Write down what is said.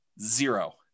zero